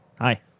Hi